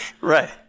Right